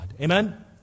Amen